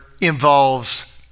involves